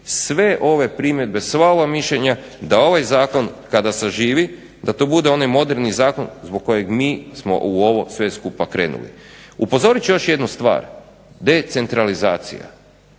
sve ove primjedbe, sva ova mišljenja da ovaj zakon kada saživi da to bude onaj moderni zakon zbog kojeg mi smo u ovo sve skupa krenuli. Upozorit ću još jednu stvar – decentralizacija.